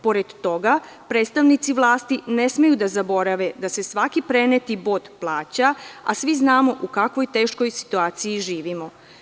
Pored toga, predstavnici vlasti ne smeju da zaborave da se svaki preneti bod plaća, a svi znamo u kakvoj teškoj situaciji živimo.